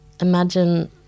imagine